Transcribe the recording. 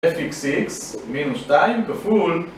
fxx מינוס שתיים, כפול